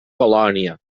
colònia